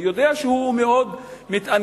אני יודע שהוא מאוד מתעניין,